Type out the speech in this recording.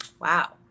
wow